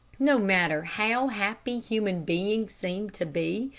no matter how happy human beings seem to be,